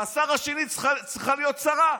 והשר השני צריך להיות שרה.